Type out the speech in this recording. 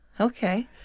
Okay